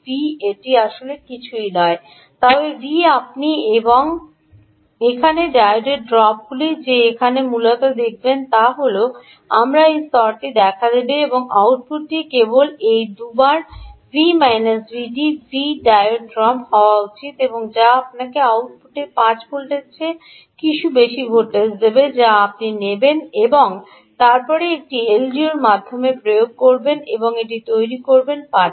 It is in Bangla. এটি আসলে কিছুই নয় তবে V¿ আপনি এবং এখানে ডায়োড ড্রপগুলি যে এখানে মূলত দেখবেন তা হল আমরা এই স্তরটি দেখা দেবে এবং আউটপুটটি কেবল এই 2 বার V¿ − Vd V diode drop হওয়া উচিত যা আপনাকে আউটপুটে 5 ভোল্টের চেয়ে কিছু বেশি ভোল্টেজ দেবে যা আপনি নেবেন এবং তারপরে একটি এলডিওর মাধ্যমে প্রয়োগ করবেন এবং এটি তৈরি করবেন 5 ভোল্ট